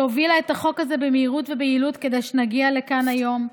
שהובילה את החוק הזה במהירות וביעילות כדי שנגיע לכאן היום,